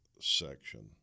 section